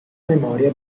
memoria